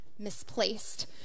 misplaced